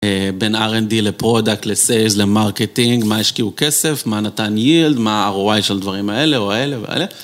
בין R&D לפרודקט, לsales, למרקטינג, מה השקיעו כסף, מה נתן יילד, מה הROI של הדברים האלה ואלה ואלה.